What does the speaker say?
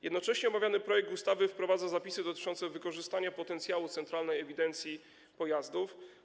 Jednocześnie omawiany projekt ustawy wprowadza zapisy dotyczące wykorzystania potencjału centralnej ewidencji pojazdów.